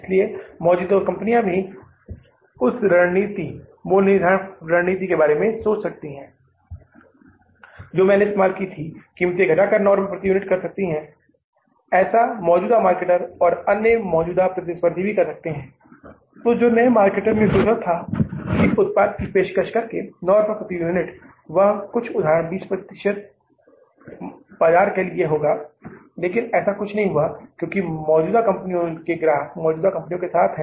इसलिए मौजूदा कंपनियाँ भी उस रणनीति मूल्य निर्धारण की रणनीति के बारे में सोच सकती हैं जो मैंने इस्तेमाल की थी कीमत को घटाकर 9 रुपये कर सकती है ऐसा मौजूदा मार्केटर और अन्य मौजूदा प्रतिस्पर्धी भी यही करते है तो जो नए मार्केटर ने सोचा था कि उत्पाद की पेशकश करके 9 रुपए प्रति यूनिट वह कुछ उदाहरण 20 फीसदी बाजार के लिए होगा लेकिन ऐसा कुछ नहीं हुआ क्योंकि मौजूदा कंपनियों के ग्राहक मौजूदा कंपनियों के साथ हैं